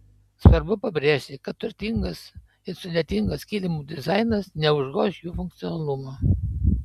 svarbu pabrėžti kad turtingas ir sudėtingas kilimų dizainas neužgoš jų funkcionalumo